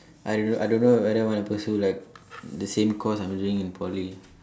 I don't I don't know whether want to pursue like the same course I'm doing in Poly